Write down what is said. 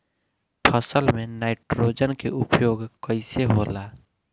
फसल में नाइट्रोजन के उपयोग कइसे होला?